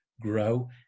grow